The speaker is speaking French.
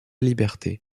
liberté